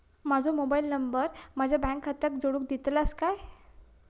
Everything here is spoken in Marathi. माजो मोबाईल नंबर माझ्या बँक खात्याक जोडून दितल्यात काय?